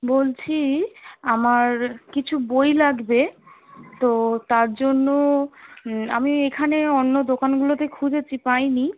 বলছি আমার কিছু বই লাগবে তো তার জন্য আমি এখানে অন্য দোকানগুলোতে খুঁজেছি পাই নি